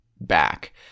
back